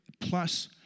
plus